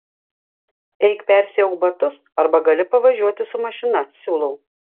eik persiauk batus arba gali pavažiuoti su mašina siūlau